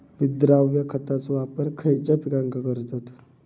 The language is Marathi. विद्राव्य खताचो वापर खयच्या पिकांका करतत?